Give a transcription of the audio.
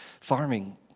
farming